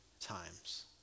times